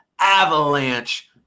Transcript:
avalanche